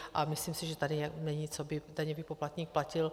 A myslím si, že tady není, co by daňový poplatník platil.